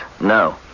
no